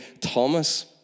Thomas